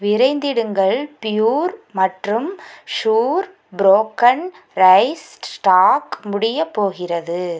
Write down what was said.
விரைந்திடுங்கள் ப்யூர் மற்றும் sure broken rice stock முடியப் போகிறது